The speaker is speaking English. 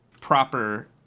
proper